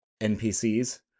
npcs